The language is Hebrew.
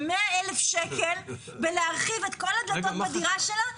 100,000 שקלים בלהרחיב את כל הדלתות בדירה שלה,